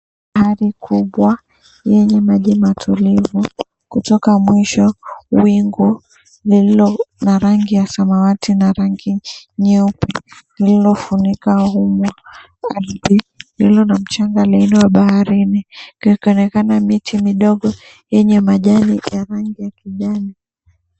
Bahari kubwa yenye maji matulivu kutoka mwisho wingu lililo na rangi ya samawati na rangi nyeupe liliofunika huu mwa ardhi ilio na mchanga la eneo la baharini ikionekana miti midogo yenyw majani ya rangi ya kijani.